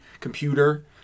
computer